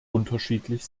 unterschiedlich